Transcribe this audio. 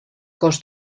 cos